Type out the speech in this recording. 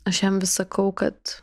aš jam vis sakau kad